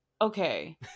okay